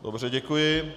Dobře, děkuji.